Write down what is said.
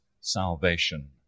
salvation